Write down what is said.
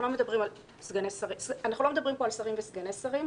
אנחנו לא מדברים פה על שרים וסגני שרים.